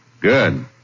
Good